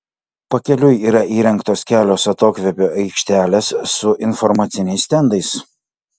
pakeliui yra įrengtos kelios atokvėpio aikštelės su informaciniais stendais